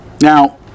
Now